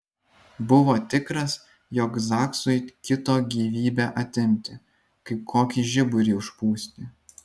buvo tikras jog zaksui kito gyvybę atimti kaip kokį žiburį užpūsti